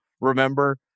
remember